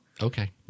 okay